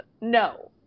no